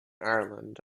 ireland